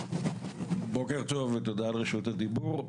בוקר טוב ותודה על רשות הדיבור.